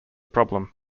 problem